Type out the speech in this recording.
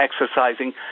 exercising